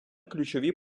ключові